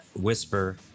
whisper